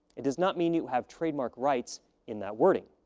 it does not mean you have trademark rights in that wording.